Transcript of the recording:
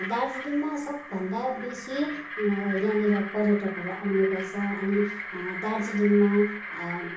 दार्जिलिङमा सबभन्दा बेसी यहाँनिर पर्यटकहरू आउने गर्छ अनि दार्जिलिङमा